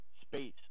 space